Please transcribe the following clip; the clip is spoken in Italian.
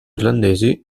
irlandesi